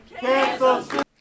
Cancel